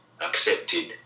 accepted